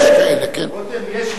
יש כאלה, כן.